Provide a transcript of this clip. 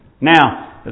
Now